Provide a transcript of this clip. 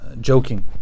joking